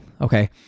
Okay